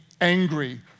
angry